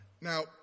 Now